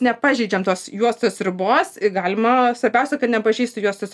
nepažeidžiant tos juostos ribos galima svarbiausia kad nepažeistų juostos